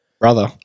brother